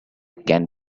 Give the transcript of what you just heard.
can